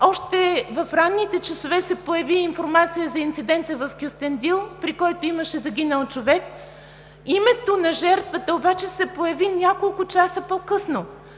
още в ранните часове се появи информация за инцидента в Кюстендил, при който имаше загинал човек. Името на жертвата обаче се появи няколко часа по-късно.